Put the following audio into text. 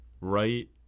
right